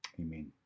Amen